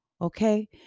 okay